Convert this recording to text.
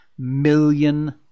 million